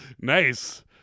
Nice